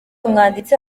umwanditsi